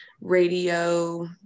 radio